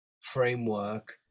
framework